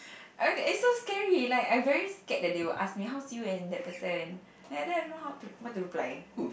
I mean it's so scary like I very scared that they will ask me how's you and that person the I don't know how to what to reply